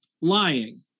lying